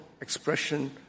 expression